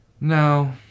No